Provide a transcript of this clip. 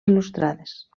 il·lustrades